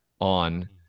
on